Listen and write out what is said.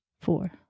Four